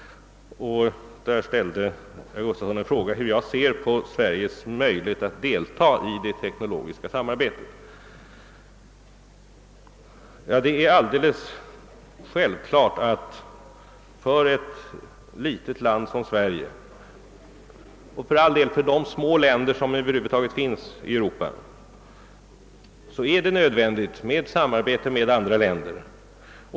Herr Gustafson ställde en fråga till mig, som gällde hur jag ser på Sveriges möjligheter att delta i det teknologiska samarbetet. Det är alldeles självklart att det för ett litet land som Sverige — och detta gäller för flertalet länder i Europa — är nödvändigt att samarbeta med andra länder.